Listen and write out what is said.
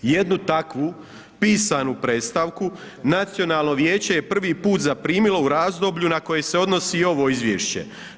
Jednu takvu pisanu predstavku Nacionalno vijeće je prvi put zaprimilo u razdoblju na koje se odnosi ovo izvješće.